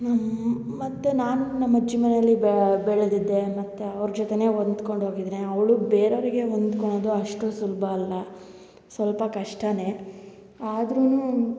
ನಮ್ಮ ಮತ್ತು ನಾನು ನಮ್ಮ ಅಜ್ಜಿ ಮನೆಯಲ್ಲಿ ಬೆಳೆದಿದ್ದೆ ಮತ್ತು ಅವ್ರ ಜೊತೆಯೇ ಒಂದ್ಕೊಂಡು ಹೋಗಿದ್ದೀನಿ ಅವಳು ಬೇರೆಯವರಿಗೆ ಹೊಂದ್ಕೊಳ್ಳೋದು ಅಷ್ಟು ಸುಲ್ಭ ಅಲ್ಲ ಸ್ವಲ್ಪ ಕಷ್ಟವೇ ಆದರೂ